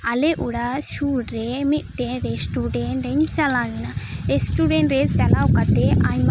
ᱟᱞᱮ ᱚᱲᱟᱜ ᱥᱩᱨ ᱨᱮ ᱢᱤᱫᱴᱮᱱ ᱨᱮᱥᱴᱩᱨᱮᱱᱴ ᱨᱮᱧ ᱪᱟᱞᱟᱣ ᱞᱮᱱᱟ ᱨᱮᱥᱴᱩᱨᱮᱱᱴ ᱨᱮ ᱪᱟᱞᱟᱣ ᱠᱟᱛᱮᱫ ᱟᱭᱢᱟ